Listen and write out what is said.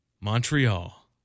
Montreal